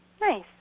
Nice